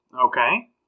Okay